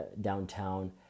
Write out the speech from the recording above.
downtown